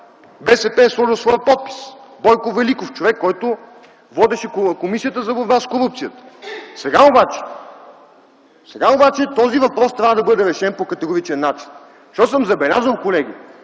БСП е сложил своя подпис – Бойко Великов, човек, който водеше Комисията за борба с корупцията. Сега обаче този въпрос трябва да бъде решен по категоричен начин. Защото съм забелязал, колеги,